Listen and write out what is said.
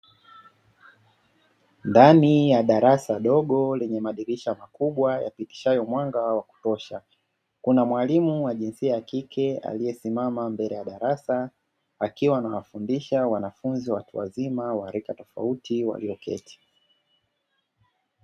Ndani ya darasa dogo lenye madirisha makubwa yapitishayo mwanga wa kutosha. Kuna mwalimu wa jinsia ya kike aliyesimama mbele ya darasa, akiwa anawafundisha wanafunzi watu wazima wa rika tofauti walioketi.